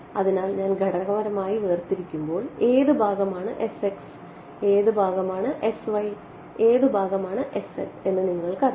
അതിനാൽ ഞാൻ ഘടകപരമായി വേർതിരിക്കുമ്പോൾ ഏത് ഭാഗമാണ് ഏത് ഭാഗമാണ് ഏത് ഭാഗമാണ് എന്ന് നിങ്ങൾക്കറിയാം